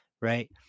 Right